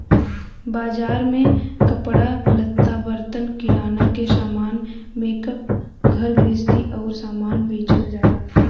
बाजार में कपड़ा लत्ता, बर्तन, किराना के सामान, मेकअप, घर गृहस्ती आउर सामान बेचल जाला